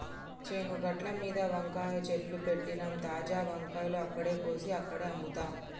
చేను గట్లమీద వంకాయ చెట్లు పెట్టినమ్, తాజా వంకాయలు అక్కడే కోసి అక్కడే అమ్ముతాం